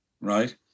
right